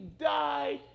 died